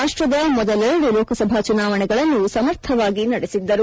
ರಾಷ್ಟ್ದ ಮೊದಲೆರದು ಲೋಕಸಭಾ ಚುನಾವಣೆಗಳನ್ನು ಸಮರ್ಥವಾಗಿ ನಡೆಸಿದ್ದರು